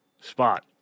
spot